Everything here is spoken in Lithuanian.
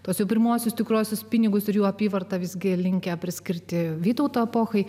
tuos pirmuosius tikruosius pinigus ir jų apyvarta visgi linkę priskirti vytauto epochai